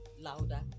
louder